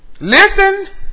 Listen